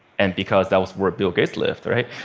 and because that was where bill gates lived, right?